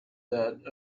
that